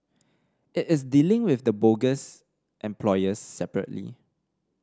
it is dealing with the bogus employers separately